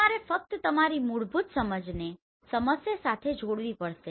તમારે ફક્ત તમારી મૂળભૂત સમજને સમસ્યા સાથે જોડવી પડશે